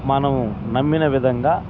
మనము నమ్మిన విధంగా